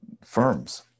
firms